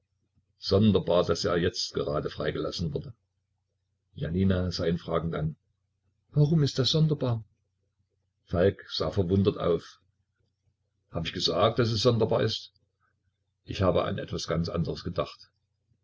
sonderbar daß er jetzt gerade freigelassen wurde janina sah ihn fragend an warum ist das sonderbar falk sah verwundert auf hab ich gesagt daß es sonderbar ist ich habe an etwas ganz anderes gedacht